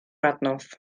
adnodd